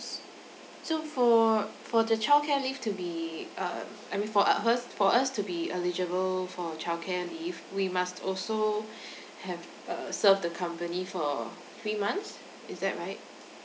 so for for the childcare leave to be uh I mean for uh hers for us to be eligible for childcare leave we must also have a a serve the company for three months is that right